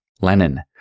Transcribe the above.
Lenin